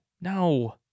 No